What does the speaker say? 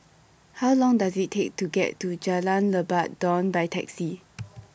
How Long Does IT Take to get to Jalan Lebat Daun By Taxi